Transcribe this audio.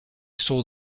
saw